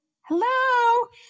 hello